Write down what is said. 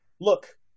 look